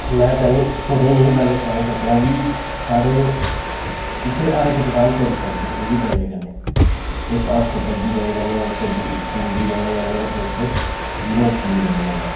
मै तैनु तुसेंगी एह् गल्ल सनाई सकनां कि साढ़ै इत्थें हर इक दकान चली सकदी एह्दी वजह् कन्नै इस हॉस्पिटल दी वजह् कन्नै इस डी स्कूल दी वजह् कन्नै इस यूनिवर्सिटी दी वजह् कन्नै